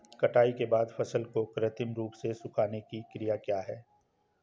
कटाई के बाद फसल को कृत्रिम रूप से सुखाने की क्रिया क्या है?